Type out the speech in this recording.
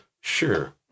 Sure